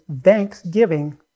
thanksgiving